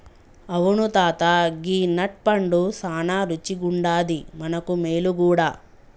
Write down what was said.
అవును తాత గీ నట్ పండు సానా రుచిగుండాది మనకు మేలు గూడా